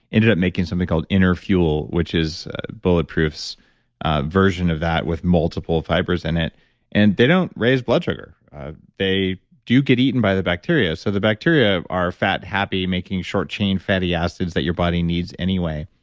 ended up making something called inner fuel, which is bulletproof's version of that with multiple fibers in and they don't raise blood sugar they do get eaten by the bacteria, so, the bacteria are fat, happy, making short chain fatty acids that your body needs anyway,